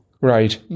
Right